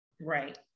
Right